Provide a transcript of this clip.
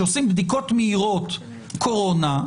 כשעושים "בדיקות מהירות קורונה",